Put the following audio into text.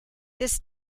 this